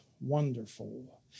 wonderful